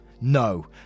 no